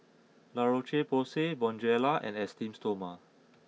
La Roche Porsay Bonjela and Esteem Stoma